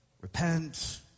repent